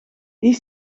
die